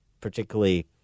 particularly